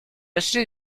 acheté